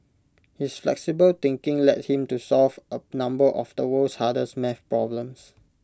his flexible thinking led him to solve A number of the world's hardest math problems